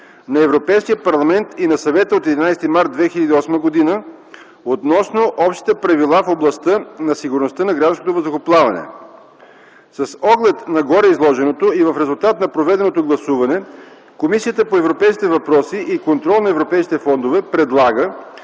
на Европейския парламент и на Съвета от 11 март 2008 г. относно общите правила в областта на сигурността на гражданското въздухоплаване. С оглед на гореизложеното и в резултат на проведеното гласуване, Комисията по европейските въпроси и контрол на европейските фондове предлага